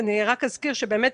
אני רק אזכיר שבאמת